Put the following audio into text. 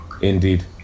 Indeed